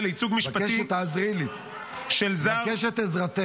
לייצוג משפטי של זר --- אני מבקש שתעזרי לי.